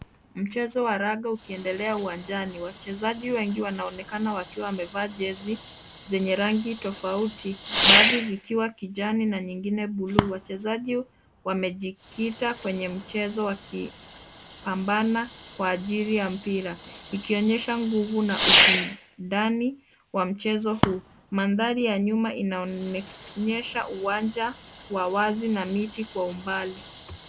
Mchezo wa raga ukiendelea uwanjani. Wachezaji wengi wanaonekana wakiwa wamevaa jezi zenye rangi tofauti baadhi zikiwa kijani na nyingine buluu. Wachezaji wamejikita kwenye mchezo wakiambana kwa ajili ya mpira, ikionyesha nguvu na ushindani wa mchezo huu. Mandhari ya nyuma inaonyesha uwanja wa wazi na miti kwa umbali.